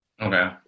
Okay